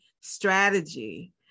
strategy